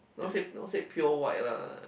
not say not say pure white lah